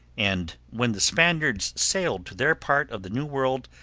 and when the spaniards sailed to their part of the new world,